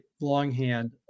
longhand